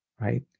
right